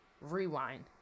Rewind